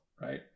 Right